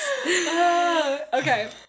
okay